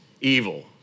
evil